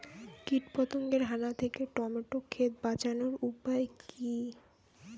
কীটপতঙ্গের হানা থেকে টমেটো ক্ষেত বাঁচানোর উপায় কি?